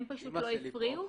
הם פשוט לא הפריעו.